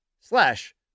slash